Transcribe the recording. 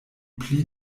pli